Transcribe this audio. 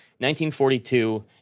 1942